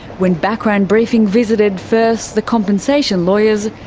when background briefing visited firths, the compensation lawyers,